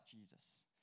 Jesus